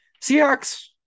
Seahawks